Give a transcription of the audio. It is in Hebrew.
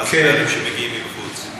מה זאת אומרת, שמגיעים מבחוץ?